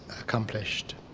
accomplished